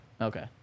Okay